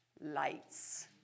lights